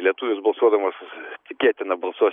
lietuvis balsuodamas tikėtina balsuos